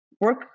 work